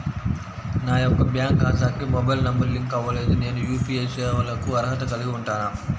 నా యొక్క బ్యాంక్ ఖాతాకి మొబైల్ నంబర్ లింక్ అవ్వలేదు నేను యూ.పీ.ఐ సేవలకు అర్హత కలిగి ఉంటానా?